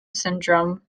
syndrome